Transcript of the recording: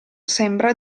sembra